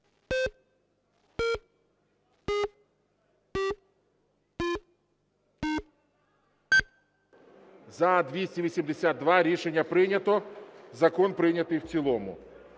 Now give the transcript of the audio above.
За-282 Рішення прийнято. Закон прийнятий в цілому.